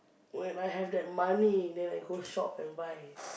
when I have that money then I go shop and buy